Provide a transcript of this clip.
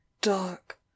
dark